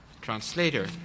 translator